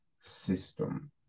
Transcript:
system